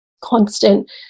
constant